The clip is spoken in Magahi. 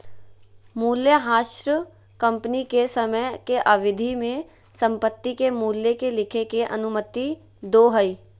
मूल्यह्रास कंपनी के समय के अवधि में संपत्ति के मूल्य के लिखे के अनुमति दो हइ